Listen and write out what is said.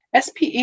SPE